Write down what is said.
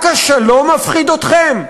רק השלום מפחיד אתכם?